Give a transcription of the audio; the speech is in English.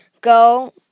go